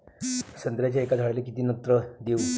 संत्र्याच्या एका झाडाले किती नत्र देऊ?